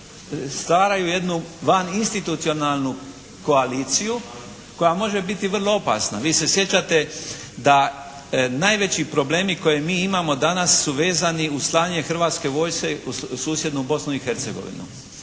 stvaraju jednu vaninstitucionalnu koaliciju koja može biti vrlo opasna. Vi se sjećate da najveći problemi koje mi imamo danas su vezani uz slanje Hrvatske vojske u susjednu Bosnu i Hercegovinu.